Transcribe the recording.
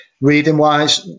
reading-wise